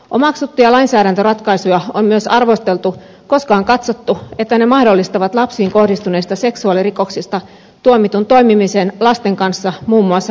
omaksuttuja lainsäädäntöratkaisuja on myös arvosteltu koska on katsottu että ne mahdollistavat lapsiin kohdistuneista seksuaalirikoksista tuomitun toimimisen lasten kanssa muun muassa vapaaehtoistyössä